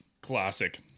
Classic